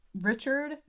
Richard